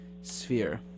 sphere